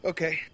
Okay